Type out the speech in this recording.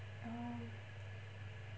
orh